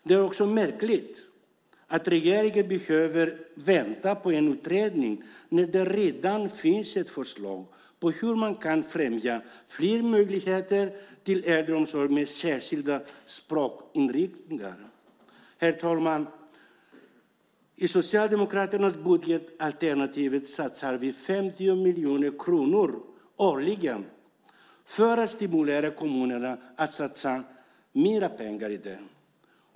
Det är också märkligt att regeringen behöver vänta på en utredning när det redan finns ett förslag på hur man kan främja fler möjligheter till äldreomsorg med särskilda språkinriktningar. Herr talman! I Socialdemokraternas budgetalternativ satsas 50 miljoner kronor årligen för att stimulera kommunerna att satsa mer pengar på detta.